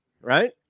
Right